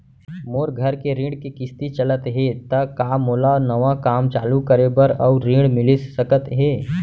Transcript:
मोर घर के ऋण के किसती चलत हे ता का मोला नवा काम चालू करे बर अऊ ऋण मिलिस सकत हे?